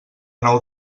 nou